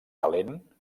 talent